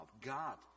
God